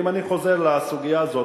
אם אני חוזר לסוגיה הזאת,